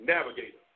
Navigator